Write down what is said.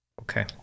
Okay